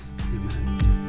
Amen